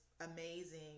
amazing